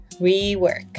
rework